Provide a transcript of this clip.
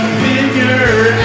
figure